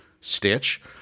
Stitch